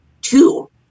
two